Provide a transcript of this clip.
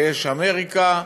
ויש אמריקה,